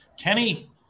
Kenny –